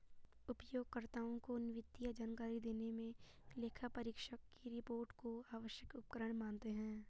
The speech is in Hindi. उपयोगकर्ताओं को वित्तीय जानकारी देने मे लेखापरीक्षक की रिपोर्ट को आवश्यक उपकरण मानते हैं